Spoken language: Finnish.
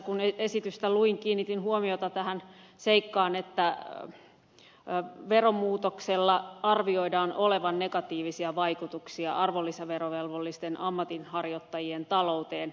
kun esitystä luin kiinnitin huomiota tähän seikkaan että veromuutoksella arvioidaan olevan negatiivisia vaikutuksia arvonlisäverovelvollisten ammatinharjoittajien talouteen